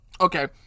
Okay